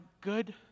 good